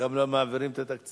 גם לא מעבירים את התקציבים.